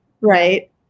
right